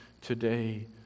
today